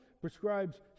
prescribes